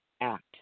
act